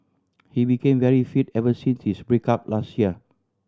he became very fit ever since his break up last year